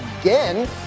again